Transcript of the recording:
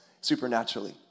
supernaturally